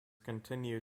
continue